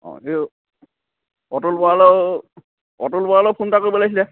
অঁ হেৰৌ অটল বৰালৈয়ো অটল বৰালৈয়ো ফোন এটা কৰিব লাগিছিলে